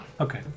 Okay